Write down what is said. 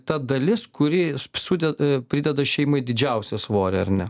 ta dalis kuri sude prideda šeimai didžiausią svorį ar ne